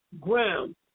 Ground